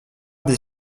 des